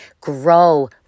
Grow